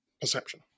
perception